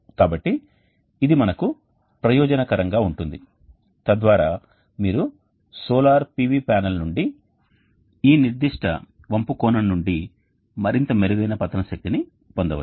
కాబట్టి ఇది మనకు ప్రయోజనకరంగా ఉంటుంది తద్వారా మీరు సోలార్ PV ప్యానెల్ నుండి ఈ నిర్దిష్ట వంపు కోణం నుండి మరింత మెరుగయిన పతన శక్తిని పొందవచ్చు